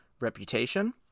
reputation